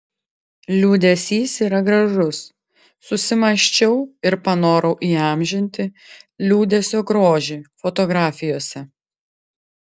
liūdesys yra gražus susimąsčiau ir panorau įamžinti liūdesio grožį fotografijose